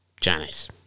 Janice